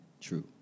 true